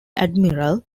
admiral